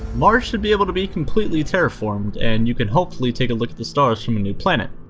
mars should be able to be completely terraformed and you can hopefully take a look at the stars from a new planet.